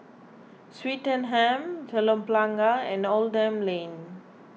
Swettenham Telok Blangah and Oldham Lane